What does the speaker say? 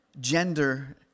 gender